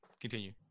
Continue